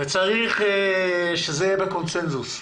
וצריך שזה יהיה בקונצנזוס.